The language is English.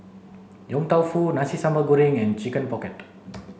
Yong Tau Foo Nasi Sambal Goreng and chicken pocket